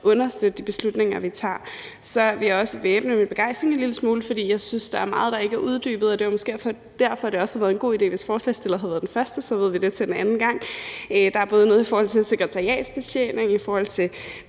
understøtte de beslutninger, vi tager – er vi også en lille smule forbeholdne i vores begejstring, for jeg synes, der er meget, der ikke er uddybet, og det var måske også derfor, det havde været en god idé, hvis ordføreren for forslagsstillerne havde været den første, men det ved vi så til en anden gang. Der er både noget i forhold til sekretariatsbetjening og i forhold til